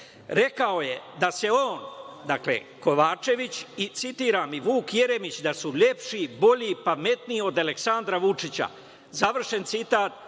Rekao je on, dakle, Kovačević, i citirani Vuk Jeremić, da su lepši, bolji, pametniji od Aleksandra Vučića. Završen citat,